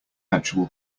actual